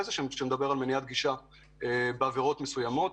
שמדבר על מניעת גישה בגין עבירות מסוימות.